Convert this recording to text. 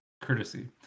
courtesy